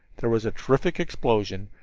there was a terrific explosion,